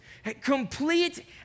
complete